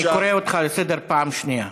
אני קורא אותך לסדר פעם שנייה.